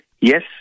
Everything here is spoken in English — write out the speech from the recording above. Yes